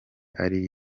ari